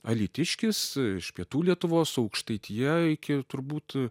alytiškis iš pietų lietuvos aukštaitija iki turbūt